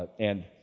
and